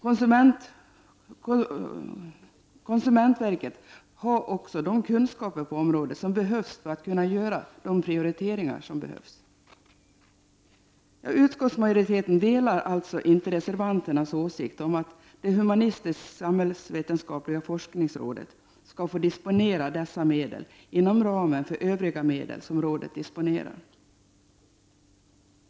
Konsumentverket har också de kunskaper på området som behövs för att kunna göra prioriteringar. Utskottsmajoriteten delar alltså inte reservanternas åsikt om att det humanistiskt-samhällsvetenskapliga forskningsrådet skall få disponera dessa medel inom ramen för övriga medel som rådet disponerar.